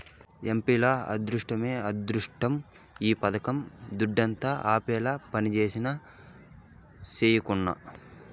ఎంపీల అద్దుట్టమే అద్దుట్టం ఈ పథకం దుడ్డంతా ఆళ్లపాలే పంజేసినా, సెయ్యకున్నా